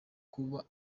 kuba